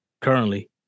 currently